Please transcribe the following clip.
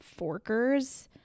forkers